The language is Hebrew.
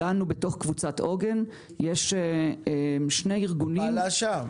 לנו בתוך קבוצת עוגן יש שני ארגונים --- בלשה,